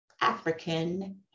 African